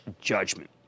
judgment